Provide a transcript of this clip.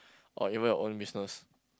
or even your own business